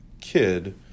kid